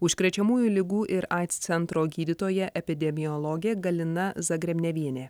užkrečiamųjų ligų ir aids centro gydytoja epidemiologė galina zagrebnevienė